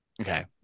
Okay